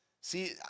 see